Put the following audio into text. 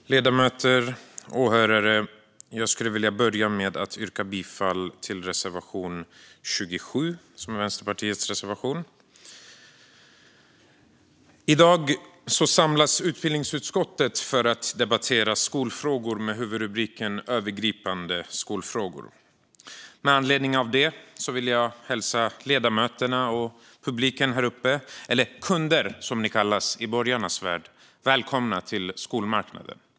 Fru talman, ledamöter och åhörare! Jag vill börja med att yrka bifall till Vänsterpartiets reservation nummer 27. I dag samlas utbildningsutskottet för att debattera skolfrågor med huvudrubriken Övergripande skolfrågor. Med anledning av det vill jag hälsa ledamöterna och publiken här uppe på åhörarläktaren, eller kunder som ni kallas i borgarnas värld, välkomna till skolmarknaden.